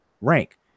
rank